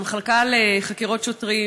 המחלקה לחקירות שוטרים,